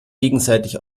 gegenseitig